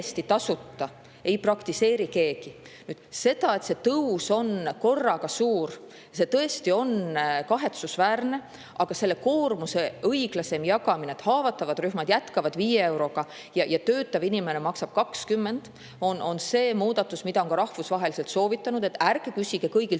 ei praktiseeri keegi. See, et see tõus on korraga suur, tõesti on kahetsusväärne, aga selle koormuse õiglasem jagamine, et haavatavad rühmad jätkavad viie euroga ja töötav inimene maksab 20, on see muudatus, mida on ka rahvusvaheliselt soovitatud, et ärge küsige kõigilt